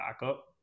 backup